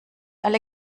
alle